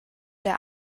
der